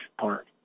Park